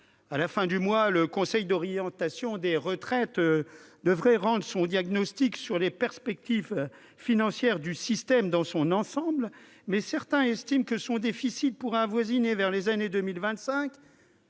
À la fin du mois, le Conseil d'orientation des retraites devrait rendre son diagnostic sur les perspectives financières du système dans son ensemble, mais certains estiment que son déficit pourrait avoisiner 10 milliards